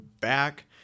back